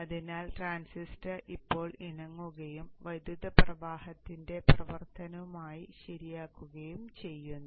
അതിനാൽ ട്രാൻസിസ്റ്റർ ഇപ്പോൾ ഇണങ്ങുകയും വൈദ്യുത പ്രവാഹത്തിന്റെ പ്രവർത്തനവുമായി ശരിയാക്കുകയും ചെയ്യുന്നു